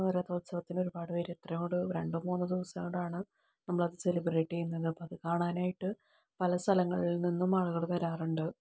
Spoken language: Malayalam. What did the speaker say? രഥോത്സവത്തിൽ ഒരുപാട് പേര് എത്രയോ കൊണ്ട് രണ്ടോ മൂന്നോ ദിവസം കൊണ്ടാണ് നമ്മളത് സെലിബ്രേറ്റ് ചെയ്യുന്നത് അപ്പോൾ അത് കാണാനായിട്ട് പല സ്ഥലങ്ങളിൽ നിന്നും ആളുകൾ വരാറുണ്ട്